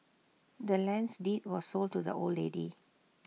the land's deed was sold to the old lady